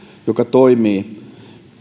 joka toimii